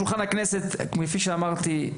כפי שאמרתי,